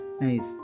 nice